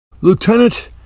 Lieutenant